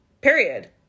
period